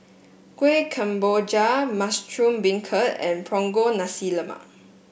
Kuih Kemboja Mushroom Beancurd and Punggol Nasi Lemak